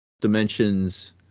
dimensions